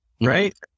Right